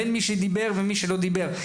בין מי שדיבר ומי שלא דיבר.